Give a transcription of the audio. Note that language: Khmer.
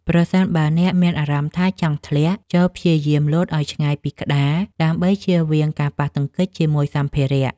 ប្រសិនបើអ្នកមានអារម្មណ៍ថាចង់ធ្លាក់ ចូរព្យាយាមលោតឱ្យឆ្ងាយពីក្តារ ដើម្បីជៀសវាងការប៉ះទង្គិចជាមួយសម្ភារៈ។